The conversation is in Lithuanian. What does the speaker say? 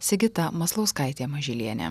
sigita maslauskaitė mažylienė